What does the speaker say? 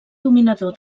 dominador